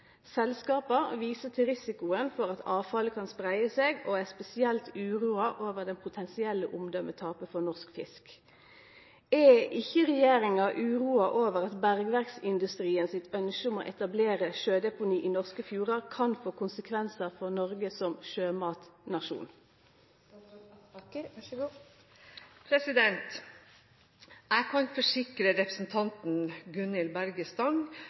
Selskapa viser til risikoen for at avfallet kan spreie seg, og er spesielt uroa over det potensielle omdømetapet for norsk fisk. Er ikkje regjeringa uroa over at bergverksindustrien sitt ønske om å etablere sjødeponi i norske fjordar kan få konsekvensar for Noreg som sjømatnasjon?»